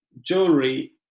jewelry